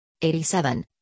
87